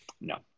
No